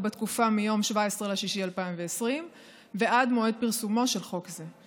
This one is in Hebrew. בתקופה שמיום 17 ביוני 2020 ועד מועד פרסומו של חוק זה.